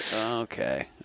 okay